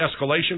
escalation